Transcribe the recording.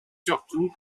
surtout